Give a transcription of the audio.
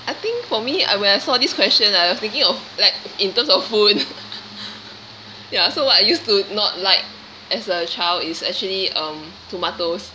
I think for me uh when I saw this question I was thinking of like in terms of food ya so what I used to not like as a child is actually um tomatoes